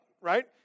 right